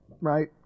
right